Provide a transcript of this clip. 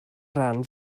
rhan